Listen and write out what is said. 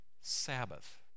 Sabbath